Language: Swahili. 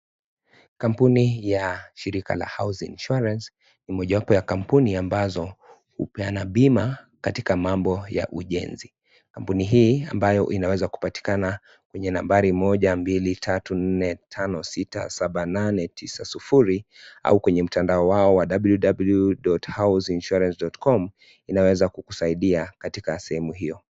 Kampuni ya shirika la housing insurance ,ni mojawapo ya kampuni ambazo hupeana bima katika mambo ya ujenzi. Kampuni hii ambayo inaweza kupatikana kwenye nambari 1234567890 au kwenye mtandao wao wa ww.housinginsurance.com, inaweza kusaidia katika sehemu hiyo.